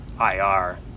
IR